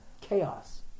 chaos